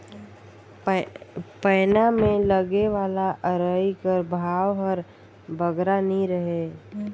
पैना मे लगे वाला अरई कर भाव हर बगरा नी रहें